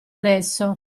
adesso